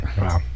wow